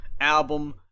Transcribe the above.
album